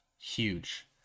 huge